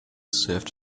served